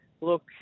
Look